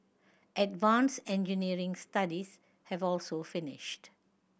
advance engineering studies have also finished